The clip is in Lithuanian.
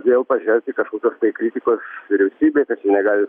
vėl pažerti kažkokios tai kritikos vyriausybei kad ji negali